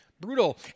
Brutal